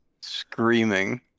screaming